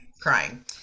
crying